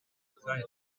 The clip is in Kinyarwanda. akahe